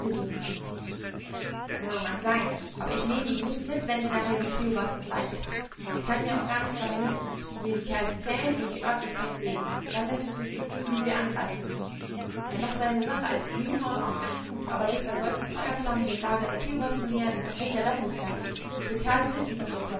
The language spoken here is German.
haben mag sein aber ich nehme ihn nicht mit wenn ich nachher die kiowas beschleiche er kann mir auch gar nichts dabei nützen ich will die kerls zählen und die oertlichkeit sehen dann läßt es sich bestimmen wie wir angreifen müssen er macht seine sache als greenhorn oft ganz gut aber sich bei solchen feuerflammen dem lager der kiowas zu nähern das bringt er doch nicht fertig diese kerls wissen daß wir